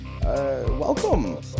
welcome